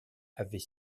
avait